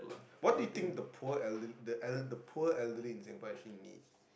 what do you think the poor elderly the poor elderly in Singapore actually need